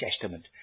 Testament